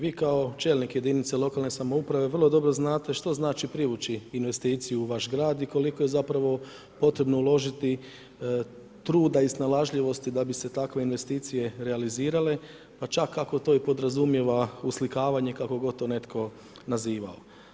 Vi kao čelnik jedinice lokalne samouprave vrlo dobro znate što znači privući investiciju u vaš grad i koliko je zapravo potrebno uložiti truda i snalažljivosti da bi se takve investicije realizirale pa čak i ako to podrazumijeva uslikavanje, kako god to netko nazivao.